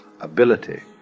ability